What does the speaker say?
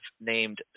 named